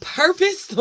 purpose